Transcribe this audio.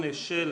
אפשר לשבת.